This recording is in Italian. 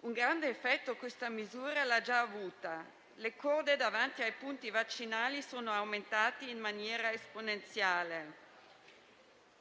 Un grande effetto questa misura l'ha già avuta: le code davanti ai punti vaccinali sono aumentate in maniera esponenziale.